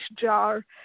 jar